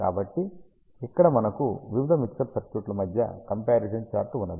కాబట్టి ఇక్కడ మనకు వివిధ మిక్సర్ సర్క్యూట్ల మధ్య కంపారిజన్ చార్ట్ ఉన్నది